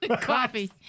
Coffee